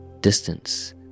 Distance